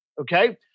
okay